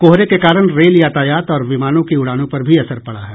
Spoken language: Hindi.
कोहरे के कारण रेल यातायात और विमानों की उड़ानों पर भी असर पड़ा है